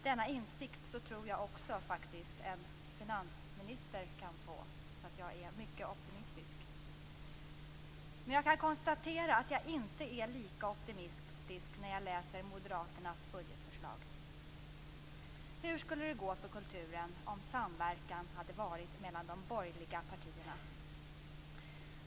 Denna insikt kan nog även en finansminister få, så jag är mycket optimistisk. Jag kan konstatera att jag inte är lika optimistisk när jag läser Moderaternas budgetförslag. Hur skulle det gå för kulturen om samverkan hade varit mellan de borgerliga partierna?